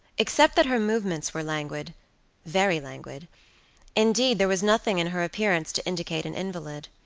except that her movements were languid very languid indeed, there was nothing in her appearance to indicate an invalid.